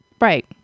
Right